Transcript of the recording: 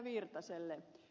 virtaselle